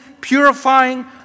purifying